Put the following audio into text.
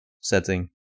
setting